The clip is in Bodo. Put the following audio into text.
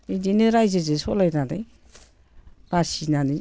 बिदिनो रायजोजों सलायनानै बासिनानै